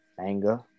anger